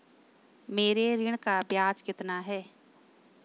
मेरे ऋण का ब्याज कितना है?